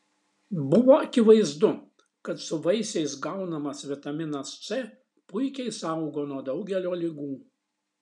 buvo akivaizdu kad su vaisiais gaunamas vitaminas c puikiai saugo nuo daugelio ligų